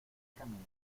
camino